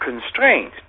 constraint